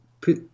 put